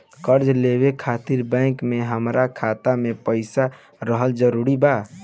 कर्जा लेवे खातिर बैंक मे हमरा खाता मे पईसा रहल जरूरी बा?